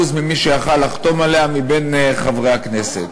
מי שהיה יכול לחתום עליה מחברי הכנסת.